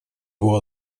его